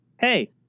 Hey